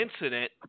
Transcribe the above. incident